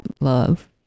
love